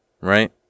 Right